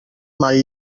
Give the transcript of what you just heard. mal